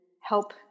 help